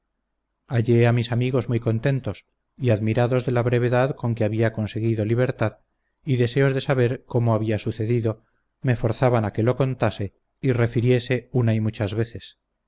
hallé a mis amigos muy contentos y admirados de la brevedad con que había conseguido libertad y deseos de saber cómo había sucedido me forzaban a que lo contase y refiriese una y muchas veces